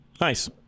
Nice